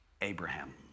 Abraham